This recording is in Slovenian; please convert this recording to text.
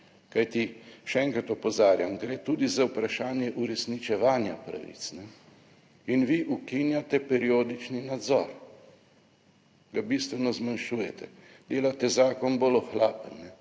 Kajti, še enkrat opozarjam, gre tudi za vprašanje uresničevanja pravic. In vi ukinjate periodični nadzor, ga bistveno zmanjšujete. Delate zakon bolj ohlapen. Pri